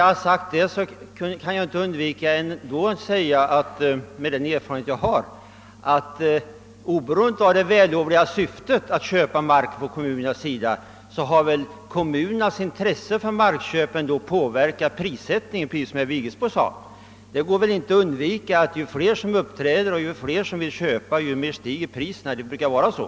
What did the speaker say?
Med den erfarenhet jag har kan jag inte undgå att säga att, oavsett det vällovliga syftet hos kommunerna när det gäller att köpa mark, måste kommunernas intresse för markköp ändå ha påverkat prissättningen, precis :som herr Vigelsbo sade. Man kan inte komma ifrån att ju fler spekulanter det finns, desto mer stiger priserna — det brukar vara så.